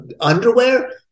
underwear